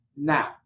now